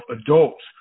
adults